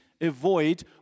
avoid